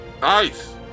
Nice